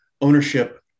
ownership